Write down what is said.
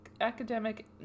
academic